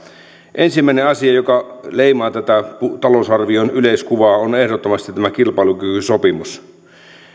ensimmäinen asia joka leimaa tätä talousarvion yleiskuvaa on ehdottomasti tämä kilpailukykysopimus